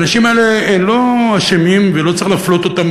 האנשים האלה לא אשמים ולא צריך להפלות אותם